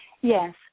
Yes